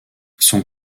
son